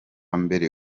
mbere